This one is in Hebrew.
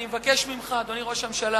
אני מבקש ממך לשקול,